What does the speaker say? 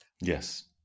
Yes